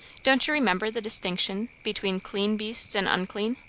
don't you remember the distinction between clean beasts and unclean?